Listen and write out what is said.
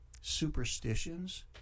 superstitions